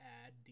add